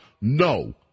No